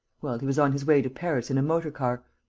well, he was on his way to paris in a motor-car,